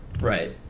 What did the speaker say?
right